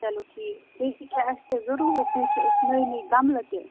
چلو ٹھیٖک بیٚیہِ تہِ کیٚنٛہہ آسٮ۪و ضروٗرت تِم چھِ أسۍ نٔوۍ نٔوۍ گَملہٕ تہِ